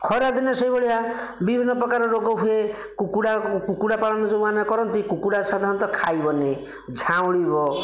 ଖରାଦିନେ ସେହିଭଳିଆ ବିଭିନ୍ନ ପ୍ରକାର ରୋଗ ହୁଏ କୁକୁଡ଼ା କୁକୁଡ଼ା ପାଳନ ଯେଉଁମାନେ କରନ୍ତି କୁକୁଡ଼ା ସାଧାରଣତଃ ଖାଇବନି ଝାଉଁଳିବ